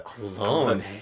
Alone